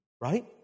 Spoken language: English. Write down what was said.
Right